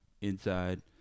inside